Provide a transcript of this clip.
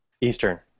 Eastern